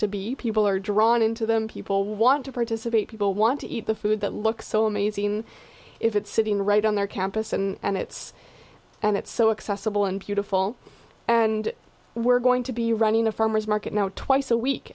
to be people are drawn into them people want to participate people want to eat the food that looks so amazing if it's sitting right on their campus and it's and it's so excessive and beautiful and we're going to be running a farmer's market now twice a week